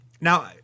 now